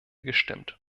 gestimmt